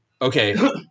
Okay